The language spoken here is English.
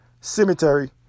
cemetery